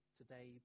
today